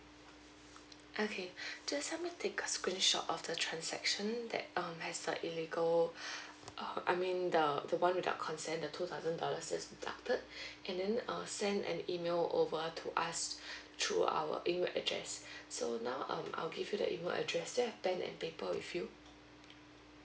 okay just let me take a screenshot of the transaction that um has a illegal uh I mean the the one without consent the two thousand dollars is deducted and then uh send an email over to us through our email address so now um I'll give you the email address do you have a pen and paper with you